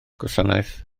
gwasanaeth